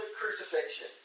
crucifixion